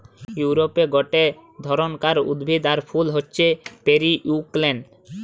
ইউরোপে গটে ধরণকার উদ্ভিদ আর ফুল হচ্ছে পেরিউইঙ্কেল